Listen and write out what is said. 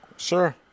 Sure